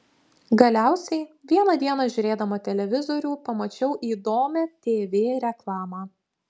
galiausiai vieną dieną žiūrėdama televizorių pamačiau įdomią tv reklamą